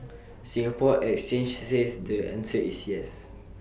Singapore exchange says the answer is yes